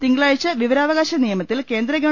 തിങ്കളാഴ്ച വിവരാവകാശ നിയമത്തിൽ കേന്ദ്രഗ വ